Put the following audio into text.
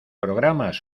programas